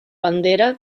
bandera